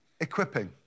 equipping